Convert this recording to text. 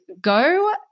go